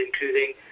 including